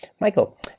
Michael